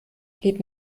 geht